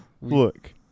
Look